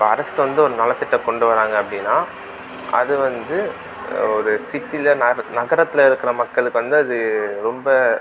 இப்போ அரசு வந்து ஒரு நலத்திட்டம் கொண்டு வராங்க அப்படின்னா அது வந்து ஒரு சிட்டியில் நகரத்தில் இருக்கிற மக்களுக்கு வந்து அது ரொம்ப